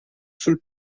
sul